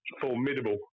formidable